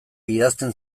idazten